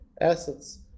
assets